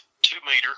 Two-meter